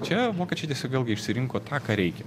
čia vokiečiai tiesiog vėlgi išsirinko tą ką reikia